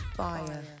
fire